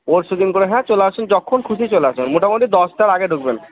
পরশু দিন করে হ্যাঁ চলে আসুন যখন খুশি চলে আসুন মোটামুটি দশটার আগে ঢুকবেন